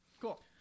Cool